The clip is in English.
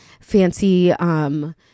fancy